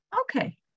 Okay